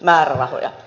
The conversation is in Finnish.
puhemies